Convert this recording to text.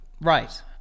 Right